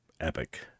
epic